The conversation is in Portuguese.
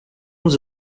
uns